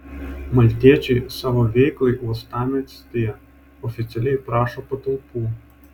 maltiečiai savo veiklai uostamiestyje oficialiai prašo patalpų